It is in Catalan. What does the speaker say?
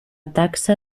taxa